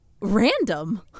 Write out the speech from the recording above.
random